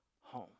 home